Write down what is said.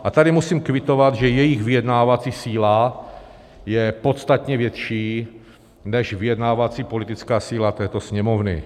A tady musím kvitovat, že jejich vyjednávací síla je podstatně větší než vyjednávací politická síla této Sněmovny.